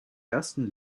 ersten